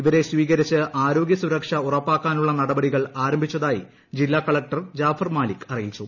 ഇവരെ സ്വീകരിച്ച് ആരോഗ്യ സുരക്ഷ ഉറപ്പാക്കാനുള്ള നടപടികൾ ആരംഭിച്ചതായി ജില്ലാ കലക്ടർ ജാഫർ മലിക് അറിയിച്ചു